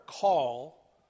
call